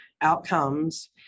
outcomes